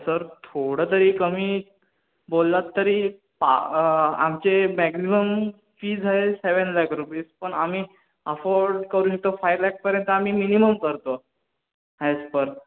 sir थोडं तरी कमी बोललात तरी पा आमचे मॅक्झिमम फीज आहे सेवन लॅक रुपीज पण आम्ही ऑफोर्ड करू शकतो फाईव्ह लॅकपर्यंत आम्ही मिनिमम करतो ॲज पर